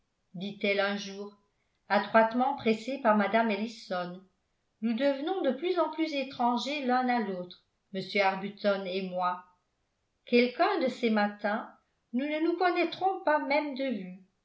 dit-elle un jour adroitement pressée par mme ellison nous devenons de plus en plus étrangers l'un à l'autre m arbuton et moi quelqu'un de ces matins nous ne nous connaîtrons pas même de vue